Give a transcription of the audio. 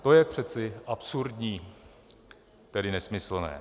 To je přece absurdní, tedy nesmyslné.